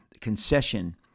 concession